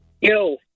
Yo